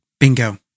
Bingo